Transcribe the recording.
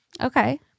Okay